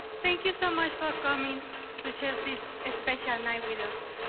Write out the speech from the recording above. thank you so much for coming to share this special night with us.